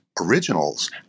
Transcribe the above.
Originals